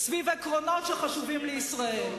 סביב עקרונות שחשובים לישראל.